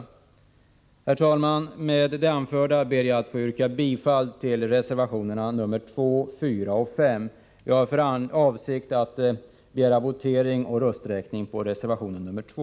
Herr talman! Med det anförda ber jag att få yrka bifall till reservationerna 2, 4 och 5. Jag har för avsikt att begära votering och rösträkning vad gäller reservation 2.